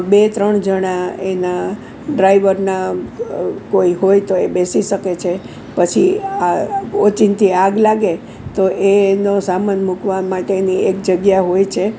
બે ત્રણ જણા એના ડ્રાઇવરના કોઈ હોય તો એ બેસી શકે છે પછી આ ઓચિંતી આગ લાગે તો એનો સામાન મૂકવા માટેની એક જગ્યા હોય છે